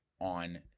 on